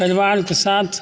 परिबारके साथ